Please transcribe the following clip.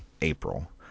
April